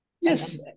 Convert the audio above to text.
Yes